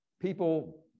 people